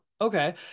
Okay